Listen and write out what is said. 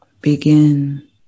begin